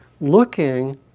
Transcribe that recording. looking